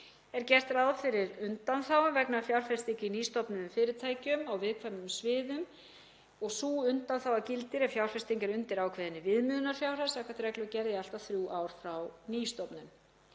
er gert ráð fyrir undanþágu vegna fjárfestinga í nýstofnuðum fyrirtækjum á viðkvæmum sviðum. Sú undanþága gildir ef fjárfesting er undir ákveðinni viðmiðunarfjárhæð samkvæmt reglugerð í allt að þrjú ár frá nýstofnun.